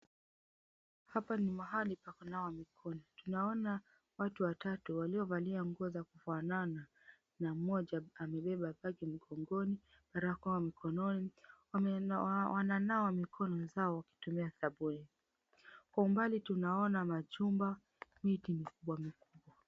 Hapa ni mahali pa kunawa mikono. Tunaona watu watatu waliovalia nguo za kufanana na mmoja amebeba bagi mgongoni, barakoa mkononi wananawa mikono zao kutumia sabuni. Kwa umbali tunaona majumba, miti mikubwa mikubwa.